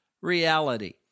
reality